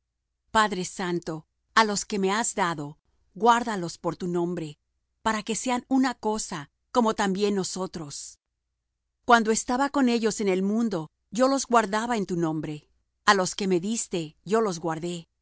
padre santo á los que me has dado guárdalos por tu nombre para que sean una cosa como también nosotros cuando estaba con ellos en el mundo yo los guardaba en tu nombre á los que me diste yo los guardé